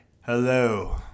Hello